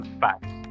facts